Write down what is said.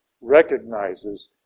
recognizes